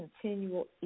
continual